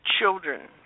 children